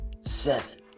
seven